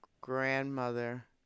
grandmother